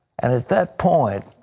and at that point,